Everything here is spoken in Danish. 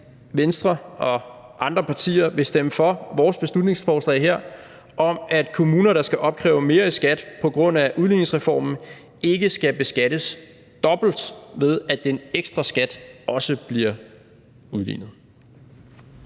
Venstre og andre partier vil stemme for vores beslutningsforslag her om, at kommuner, der skal opkræve mere i skat på grund af udligningsreformen, ikke skal beskattes dobbelt, ved at den ekstra skat også bliver udlignet.